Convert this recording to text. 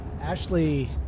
Ashley